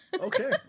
Okay